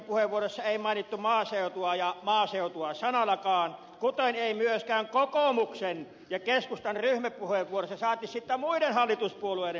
pääministerin esittelypuheenvuorossa ei mainittu maaseutua sanallakaan kuten ei myöskään kokoomuksen ja keskustan ryhmäpuheenvuoroissa saati sitten muiden hallituspuolueiden puheenvuoroissa